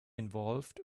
involved